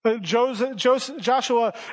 Joshua